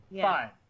Fine